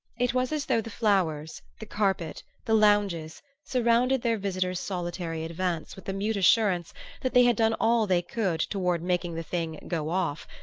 it was as though the flowers, the carpet, the lounges, surrounded their visitor's solitary advance with the mute assurance that they had done all they could toward making the thing go off,